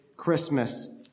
Christmas